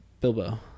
Bilbo